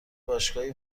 باشگاهی